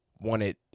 wanted